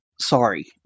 sorry